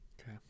okay